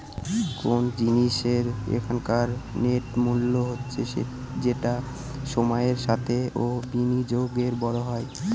কোন জিনিসের এখনকার নেট মূল্য হচ্ছে যেটা সময়ের সাথে ও বিনিয়োগে বড়ো হয়